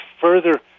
further